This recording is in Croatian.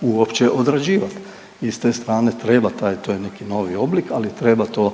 uopće odrađivati i s te strane treba taj, to je neki novi oblik, ali treba to,